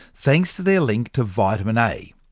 thanks to their link to vitamin a.